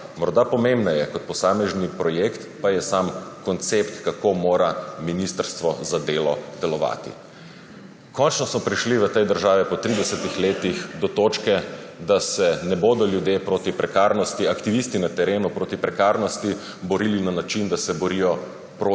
Morda pomembnejši kot posamezni projekt je sam koncept, kako mora ministrstvo za delo delovati. Končno smo prišli v tej državi po 30 letih do točke, da se ne bodo aktivisti na terenu proti prekarnosti borili na način, da se borijo proti